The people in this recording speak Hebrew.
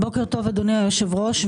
בוקר טוב, אדוני היושב-ראש.